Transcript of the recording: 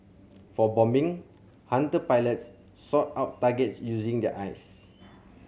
for bombing Hunter pilots sought out targets using their eyes